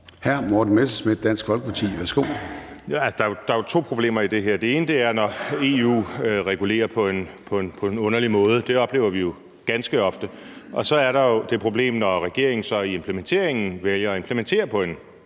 10:23 Morten Messerschmidt (DF): Der er jo to problemer i det her. Det ene er, når EU regulerer på en underlig måde; det oplever vi jo ganske ofte. Og så er der jo det problem, når regeringen så i implementeringen vælger at implementere på en